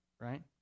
right